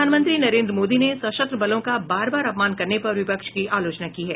प्रधानमंत्री नरेन्द्र मोदी ने सशस्त्र बलों का बार बार अपमान करने पर विपक्ष की आलोचना की है